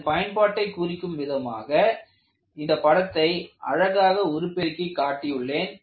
இதன் பயன்பாட்டை குறிக்கும் விதமாக இந்த படத்தை அழகாக உருப்பெருக்கி காட்டியுள்ளேன்